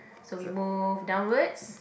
so we move downwards